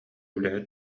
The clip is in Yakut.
үлэһит